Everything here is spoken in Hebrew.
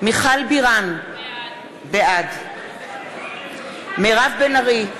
מיכל בירן, בעד מירב בן ארי,